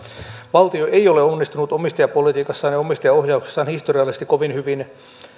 valtio ei ole onnistunut omistajapolitiikassaan ja omistajaohjauksessaan historiallisesti kovin hyvin